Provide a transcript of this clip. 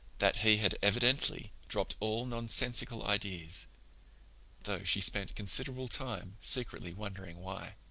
that he had evidently dropped all nonsensical ideas though she spent considerable time secretly wondering why.